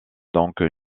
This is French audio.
donc